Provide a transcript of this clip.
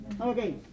Okay